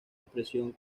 expresión